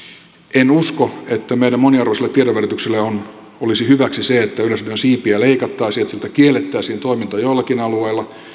en usko että meidän moniarvoiselle tiedonvälityksellemme olisi hyväksi se että yleisradion siipiä leikattaisiin että että siltä kiellettäisiin toiminta jollakin alueella